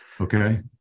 okay